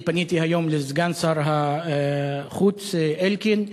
אני פניתי היום לסגן שר החוץ, אלקין.